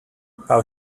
how